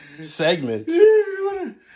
segment